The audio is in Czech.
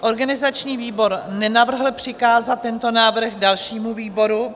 Organizační výbor nenavrhl přikázat tento návrh dalšímu výboru.